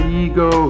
ego